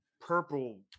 purple